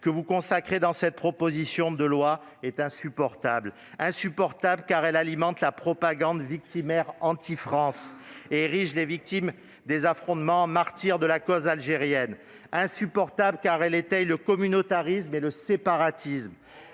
que vous consacrez dans cette proposition de loi est insupportable. Insupportable, car ce texte alimente la propagande victimaire anti-France ... Bravo !... et érige les victimes des affrontements en martyrs de la cause algérienne. Insupportable, car il étaye le communautarisme et le séparatisme.